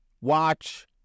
watch